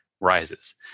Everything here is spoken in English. rises